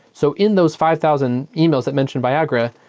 so in those five thousand emails that mention viagra,